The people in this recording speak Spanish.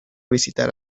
visitar